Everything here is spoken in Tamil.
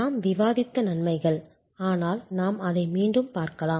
நாம் விவாதித்த நன்மைகள் ஆனால் நாம் அதை மீண்டும் பார்க்கலாம்